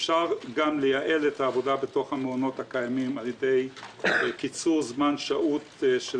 אפשר גם לייעל את העבודה בתוך המעונות הקיימים על ידי קיצור זמן שהות של